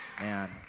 Man